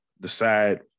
decide